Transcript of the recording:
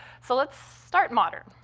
so let's start modern.